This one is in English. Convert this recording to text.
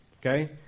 Okay